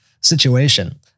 situation